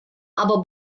aber